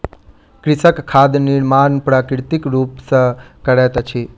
कृषक खाद निर्माण प्राकृतिक रूप सॅ करैत अछि